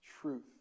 truth